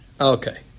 Okay